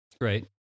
Right